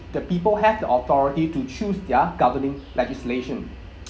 the people have the authority to choose their governing legislation